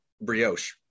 brioche